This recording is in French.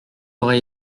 aurait